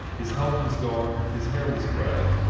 his health was gone, his hair was gray,